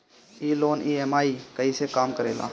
ई loan EMI कईसे काम करेला?